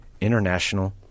International